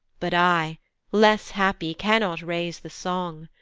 but i less happy, cannot raise the song,